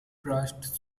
thrust